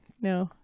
No